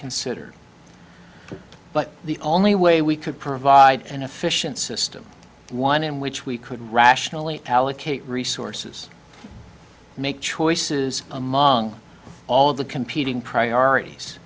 considered but the only way we could provide an efficient system one in which we could rationally allocate resources make choices among all the competing priorities